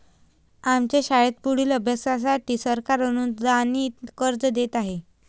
आमच्या शाळेत पुढील अभ्यासासाठी सरकार अनुदानित कर्ज देत आहे